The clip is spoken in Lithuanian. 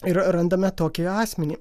ir randame tokį asmenį